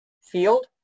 field